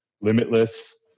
Limitless